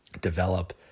develop